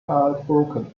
heartbroken